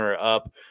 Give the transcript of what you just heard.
up